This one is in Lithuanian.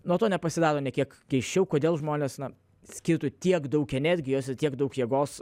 nuo to nepasidaro nė kiek keisčiau kodėl žmonės na skirtų tiek daug energijos ir tiek daug jėgos